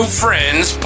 friends